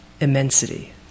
immensity